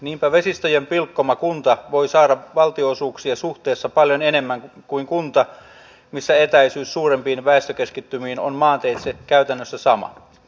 niinpä vesistöjen pilkkoma kunta voi saada valtionosuuksia suhteessa paljon enemmän kuin kunta missä etäisyys suurempiin väestökeskittymiin on maanteitse käytännössä sama